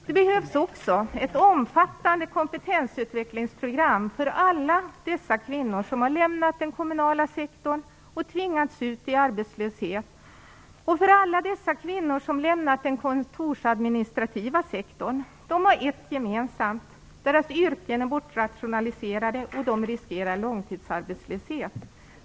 Det behövs också ett omfattande kompetensutvecklingsprogram för alla dessa kvinnor som har lämnat den kommunala sektorn och tvingats ut i arbetslöshet och för alla dessa kvinnor som har lämnat den kontorsadministrativa sektorn. Ett har de gemensamt, deras yrken har bortrationaliserats och de riskerar långtidsarbetslöshet.